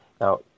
Now